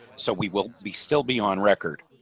so we will be still be on record.